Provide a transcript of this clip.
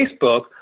Facebook